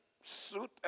suit